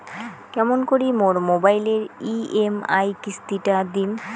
কেমন করি মোর মোবাইলের ই.এম.আই কিস্তি টা দিম?